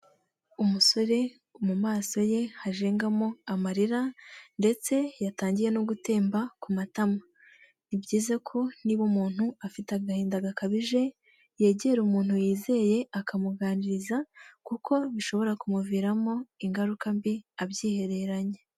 Umusore mu maso ye hajengamo amarira ndetse yatangiye no gutemba ku matama, ni byiza ko niba umuntu afite agahinda gakabije, yegera umuntu yizeye akamuganiriza kuko bishobora kumuviramo ingaruka mbi abyihereranye.